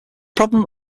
problem